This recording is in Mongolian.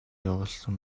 явуулсан